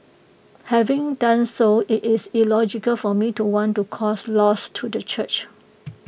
having done so IT is illogical for me to want to cause loss to the church